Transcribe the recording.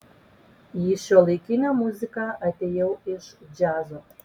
į šiuolaikinę muziką atėjau iš džiazo